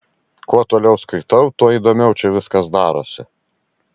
kuo toliau skaitau tuo įdomiau čia viskas darosi